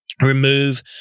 remove